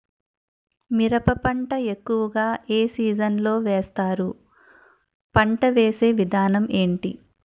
మిరప పంట ఎక్కువుగా ఏ సీజన్ లో వేస్తారు? పంట వేసే విధానం ఎంటి?